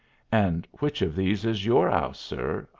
and which of these is your ouse, sir?